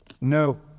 no